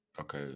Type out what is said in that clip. Okay